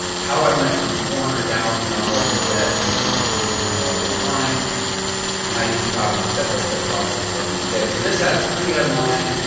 how i went from four hundred thousand dollars in debt to making over forty million dollars online and how you can copy the step-by-step process starting today. so this has pre-headline,